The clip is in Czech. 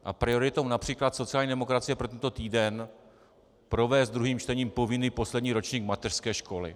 A prioritou např. sociální demokracie pro tento týden je provést druhým čtením povinný poslední ročník mateřské školy.